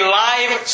live